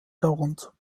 darunter